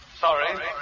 Sorry